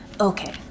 Okay